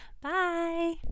bye